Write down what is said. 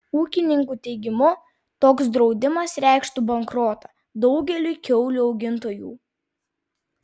ūkininkų teigimu toks draudimas reikštų bankrotą daugeliui kiaulių augintojų